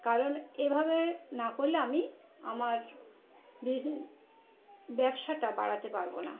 কারণ এভাবে না করলে আমি আমার বিস ব্যবসাটা বাড়াতে পারবো না